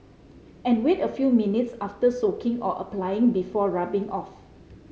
and wait a few minutes after soaking or applying before rubbing off